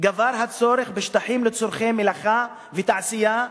גבר הצורך בשטחים לצורכי מלאכה ותעשייה,